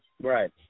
Right